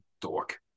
dork